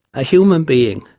a human being,